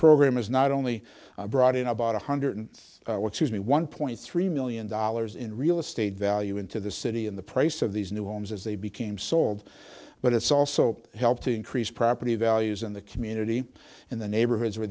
program is not only brought in about one hundred which is me one point three million dollars in real estate value into the city in the price of these new homes as they became sold but it's also helped to increase property values in the community in the neighborhoods where